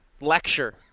lecture